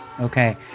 Okay